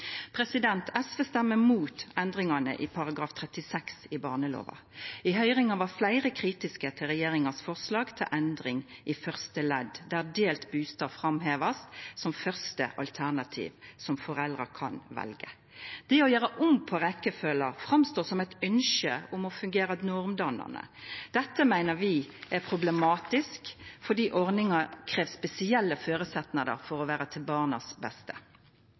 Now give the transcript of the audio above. SV stemmer imot endringane i § 36 i barnelova. I høyringa var fleire kritiske til regjeringa sitt forslag til endring i første ledd, der delt bustad vert framheva som første alternativ som foreldra kan velja. Det å gjera om på rekkefølgja framstår som eit ynskje om å fungera normdannande. Dette meiner vi er problematisk fordi ordninga krev spesielle føresetnader for å vera til det beste